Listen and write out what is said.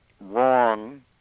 wrong